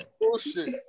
bullshit